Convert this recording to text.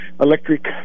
electric